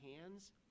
hands